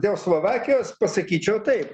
dėl slovakijos pasakyčiau tai